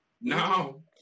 No